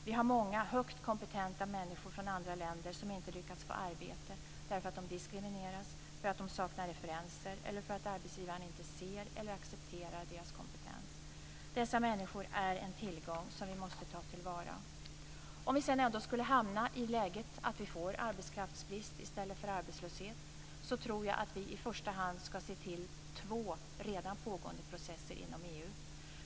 Vi har många högt kompetenta människor från andra länder som inte har lyckats få arbete därför att de diskrimineras, saknar referenser eller därför att arbetsgivarna inte ser eller accepterar deras kompetens. Dessa människor är en tillgång som vi måste ta till vara. Om vi sedan ändå skulle hamna i det läget att vi får arbetskraftsbrist i stället för arbetslöshet tror jag att vi i första hand ska se till två redan pågående processer inom EU.